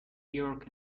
york